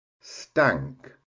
stank